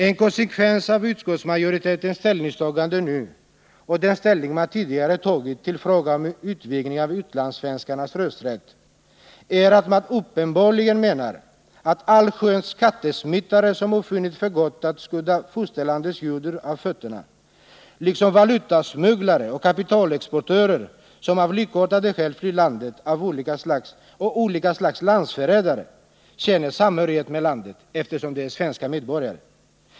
En konsekvens av utskottsmajoritetens ställningstagande nu och den ställning man tidigare tagit till frågan om utvidgning av utlandssvenskarnas rösträtt är att man uppenbarligen menar att allsköns skattesmitare som har funnit för gott skudda fosterlandets jord av fötterna, liksom valutasmugglare och kapitalexportörer som av likartade skäl flytt landet och olika slags landsförrädare känner samhörighet med landet, eftersom de är svenska medborgare.